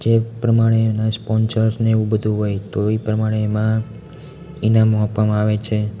જે પ્રમાણેના સ્પોન્સર્સને એવું બધું હોય તો એ પ્રમાણે એમાં ઈનામો આપવામાં આવે છે